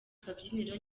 kabyiniro